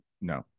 no